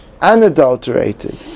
unadulterated